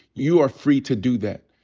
you are free to do that.